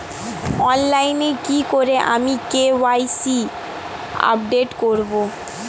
অনলাইনে কি করে আমি কে.ওয়াই.সি আপডেট করব?